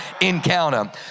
encounter